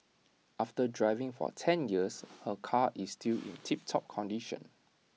after driving for ten years her car is still in tiptop condition